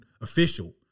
official